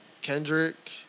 Kendrick